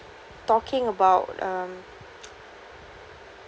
talking about um